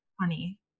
funny